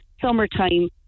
summertime